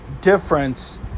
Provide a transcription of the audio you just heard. difference